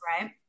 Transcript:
Right